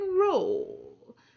roll